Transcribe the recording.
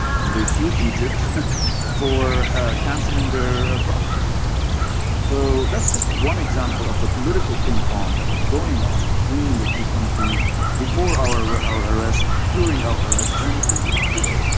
and they sued egypt for cancelling their broadcast license. mf so that's just one example of the political ping-pong that was going on between the two countries before our our arrest, during our arrest and it continues today.